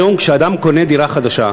אדוני היושב-ראש,